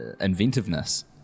inventiveness